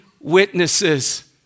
witnesses